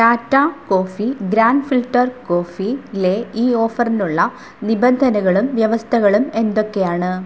Tata coffee grand filter coffee ലെ ഈ ഓഫറിനുള്ള നിബന്ധനകളും വ്യവസ്ഥകളും എന്തൊക്കെയാണ്